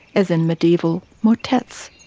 as in medieval motets.